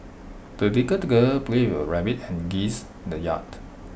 the little girl played with her rabbit and geese in the yard